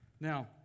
Now